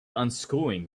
unscrewing